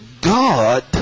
God